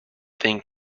thing